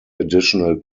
additional